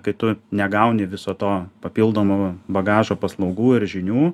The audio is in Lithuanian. kai tu negauni viso to papildomo bagažo paslaugų ir žinių